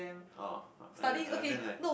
oh I I mean like